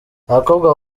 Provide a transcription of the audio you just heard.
abakobwa